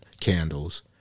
candles